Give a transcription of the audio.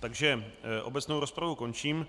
takže obecnou rozpravu končím.